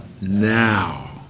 Now